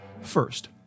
First